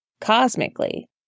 cosmically